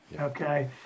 Okay